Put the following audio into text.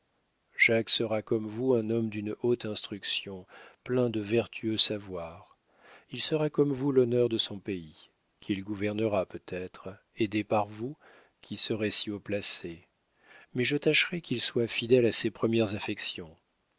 jacques sera comme vous un homme d'une haute instruction plein de vertueux savoir il sera comme vous l'honneur de son pays qu'il gouvernera peut-être aidé par vous qui serez si haut placé mais je tâcherai qu'il soit fidèle à ses premières affections